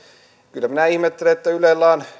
kyllä minä ihmettelen että ylellä on